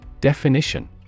Definition